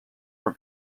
from